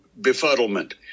Befuddlement